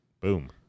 boom